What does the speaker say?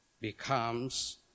becomes